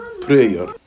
prayer